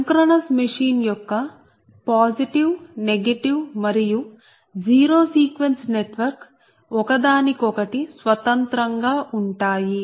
synchronous machine యొక్క positive negative మరియు zero sequence network ఒకదానికొకటి స్వతంత్రంగా ఉంటాయి